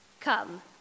Come